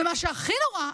ומה שהכי נורא,